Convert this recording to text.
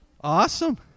Awesome